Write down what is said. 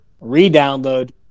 re-download